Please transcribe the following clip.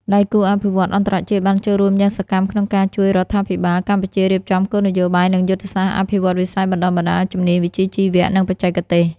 ដៃគូអភិវឌ្ឍន៍អន្តរជាតិបានចូលរួមយ៉ាងសកម្មក្នុងការជួយរាជរដ្ឋាភិបាលកម្ពុជារៀបចំគោលនយោបាយ និងយុទ្ធសាស្ត្រអភិវឌ្ឍន៍វិស័យបណ្តុះបណ្តាលជំនាញវិជ្ជាជីវៈ និងបច្ចេកទេស។